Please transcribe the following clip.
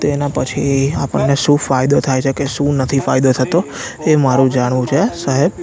તો એના પછી આપણને શું ફાયદો થાય છે કે શું નથી ફાયદો થતો એ મારે જાણવું છે સાહેબ